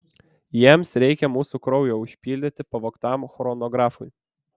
jiems reikia mūsų kraujo užpildyti pavogtam chronografui